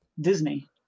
Disney